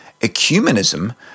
Ecumenism